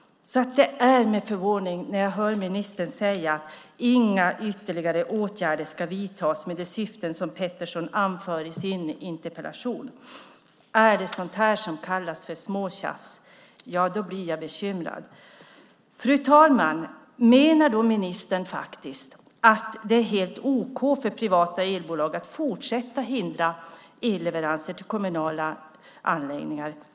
Därför är det med förvåning som jag hör ministern säga att inga ytterligare åtgärder ska vidtas med de syften som Pettersson anför i sin interpellation. Är det sådant här som kallas för småtjafs blir jag bekymrad. Fru talman! Menar ministern faktiskt att det är helt okej för privata elbolag att fortsätta att hindra elleveranser till kommunala anläggningar?